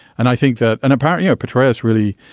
and i think that an apparent, you know, petraeus really,